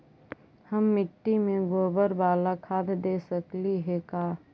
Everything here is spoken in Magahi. हम मिट्टी में गोबर बाला खाद दे सकली हे का?